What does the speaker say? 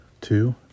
two